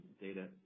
data